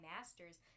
master's